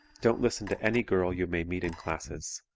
don't listen to any girl you may meet in classes.